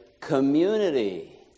community